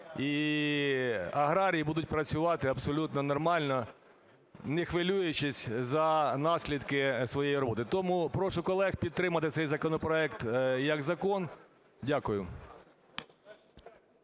і аграрії будуть працювати абсолютно нормально, не хвилюючись за наслідки своєї роботи. Тому прошу колег підтримати цей законопроект як закон. Дякую.